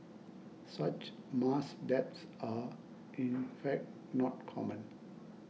such mass deaths are in fact not common